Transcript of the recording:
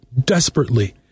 desperately